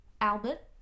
Albert